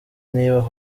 niba